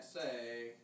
say